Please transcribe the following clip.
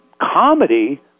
comedy